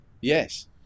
yes